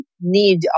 need